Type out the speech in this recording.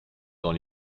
dans